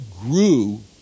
grew